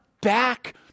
back